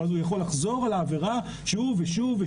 אז הוא יכול לחזור על העבירה שוב ושוב.